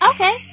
Okay